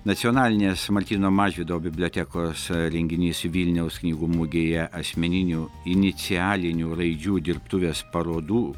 nacionalinės martyno mažvydo bibliotekos renginys vilniaus knygų mugėje asmeninių inicialinių raidžių dirbtuvės parodų